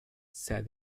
said